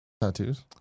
Tattoos